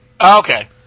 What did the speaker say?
Okay